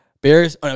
Bears